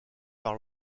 par